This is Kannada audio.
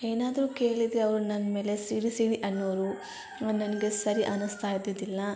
ಏನಾದರೂ ಕೇಳಿದರೆ ಅವ್ರು ನನ್ನ ಮೇಲೆ ಸಿಡಿಸಿಡಿ ಅನ್ನೋರು ನನಗೆ ಸರಿ ಅನಿಸ್ತಾ ಇದ್ದಿದ್ದಿಲ್ಲ